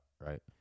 right